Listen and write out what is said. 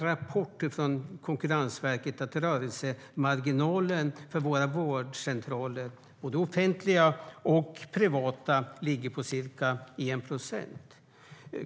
Rapporten visar att rörelsemarginalen för våra vårdcentraler, både offentliga och privata, ligger på ca 1 procent.